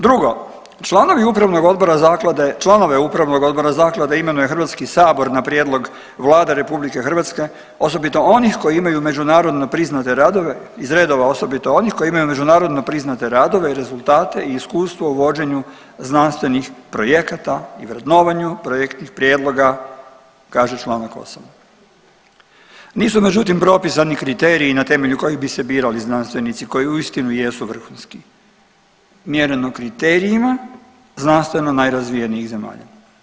Drugo, članovi upravnog odbora zaklade, članove upravnog odbora zaklade imenuje Hrvatski sabor na prijedlog Vlade RH osobito onih koji imaju međunarodno priznate radove iz redova osobito onih koji imaju međunarodno priznate radove i rezultate i iskustvo u vođenju znanstvenih projekata i vrednovanju projektnih prijedloga kaže Članak 8. Nisu međutim propisani kriteriji na temelju kojih bi se birali znanstvenici koji uistinu i jesu vrhunski mjereno kriterijima znanstveno najrazvijenijih zemalja.